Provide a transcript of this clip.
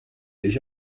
ich